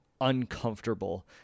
uncomfortable